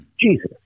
Jesus